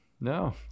no